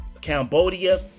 Cambodia